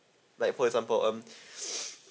like for example um